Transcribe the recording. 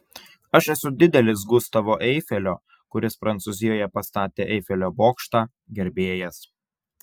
aš esu didelis gustavo eifelio kuris prancūzijoje pastatė eifelio bokštą gerbėjas